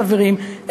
חברים,